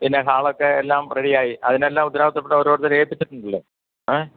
പിന്നെ ഹാളൊക്കെ എല്ലാം റെഡിയായി അതിനെല്ലാം ഉത്തരവാദിത്തപ്പെട്ട ഓരോരുത്തരെ ഏപ്പിച്ചിട്ടുണ്ടല്ലോ ഏ